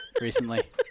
recently